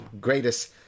greatest